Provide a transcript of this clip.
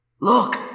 Look